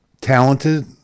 talented